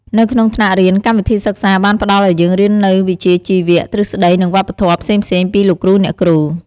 នៅក្នុងថ្នាក់រៀនកម្មវិធីសិក្សាបានផ្តល់ឲ្យយើងរៀននូវវិជ្ជាជីវៈ ទ្រឹស្តី និងវប្បធម៌ផ្សេងៗពីលោកគ្រូអ្នកគ្រូ។